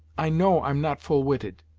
i know i'm not full witted.